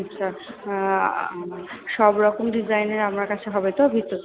আচ্ছা সব রকম ডিজাইনের আপনার কাছে হবে তো